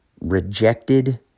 rejected